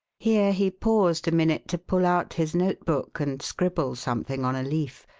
here he paused a minute to pull out his notebook and scribble something on a leaf,